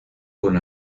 con